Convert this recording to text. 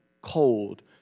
cold